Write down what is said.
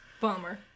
Bummer